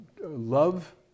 love